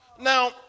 Now